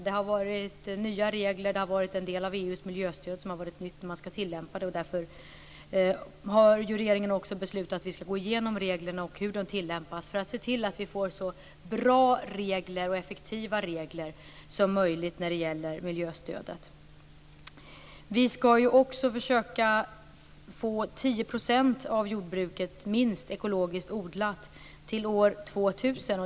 Det har kommit nya regler, och en del av EU:s miljöstöd har varit nytt när man skall tillämpa det. Därför har regeringen också beslutat att gå igenom reglerna och hur de tillämpas för att se till att vi får så bra och effektiva regler som möjligt för miljöstödet. För det tredje skall vi försöka få minst 10 % av jordbruket ekologiskt odlat till år 2000.